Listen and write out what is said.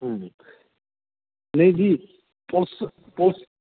ਨਹੀਂ ਜੀ ਪੁਲਸ ਪੁਲਸ